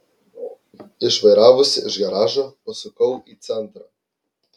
išvairavusi iš garažo pasukau į centrą